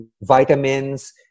vitamins